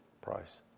price